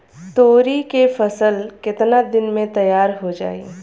तोरी के फसल केतना दिन में तैयार हो जाई?